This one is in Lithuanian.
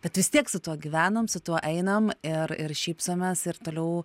bet vis tiek su tuo gyvenam su tuo einam ir ir šypsomės ir toliau